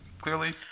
clearly